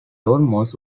almost